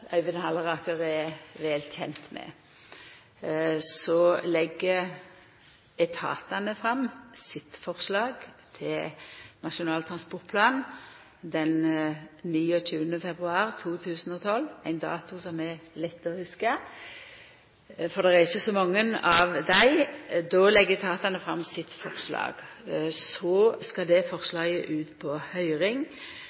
er vel kjend med, legg etatane fram sitt forslag til Nasjonal transportplan den 29. februar 2012 – ein dato som er lett å hugsa, for det er ikkje så mange av dei. Då legg etatane fram sitt forslag. Så skal forslaget ut på høyring. Det